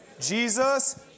Jesus